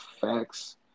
Facts